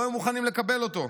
לא היו מוכנים לקבל אותו.